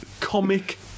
comic